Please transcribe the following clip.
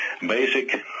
basic